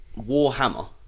Warhammer